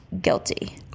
guilty